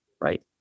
right